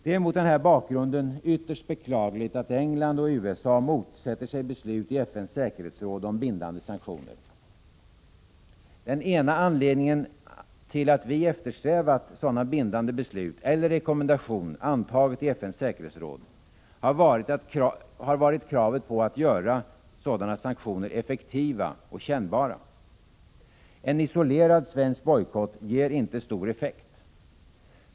Det är mot den här bakgrunden ytterst beklagligt, att England och USA motsätter sig beslut i FN:s säkerhetsråd om bindande sanktioner. Den ena anledningen till att vi eftersträvat sådana bindande beslut eller rekommendationer antagna i FN:s säkerhetsråd har varit kravet på att göra sanktionerna effektiva och kännbara. En isolerad svensk bojkott ger inte stor effekt.